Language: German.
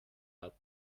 hat